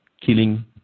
killing